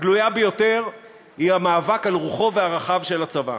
הגלויה ביותר היא המאבק על רוחו ועל ערכיו של הצבא.